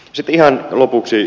sitten ihan lopuksi